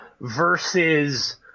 versus